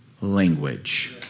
language